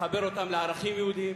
לחבר אותם לערכים יהודיים,